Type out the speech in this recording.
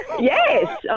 Yes